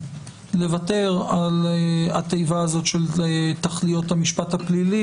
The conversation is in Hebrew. לוותר על התיבה הזאת של תכליות המשפט הפלילי